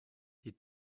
die